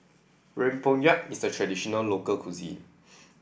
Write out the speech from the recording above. Rempeyek is a traditional local cuisine